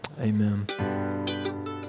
Amen